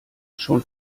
schon